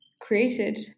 created